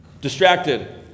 distracted